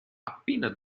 appena